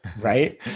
Right